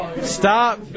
Stop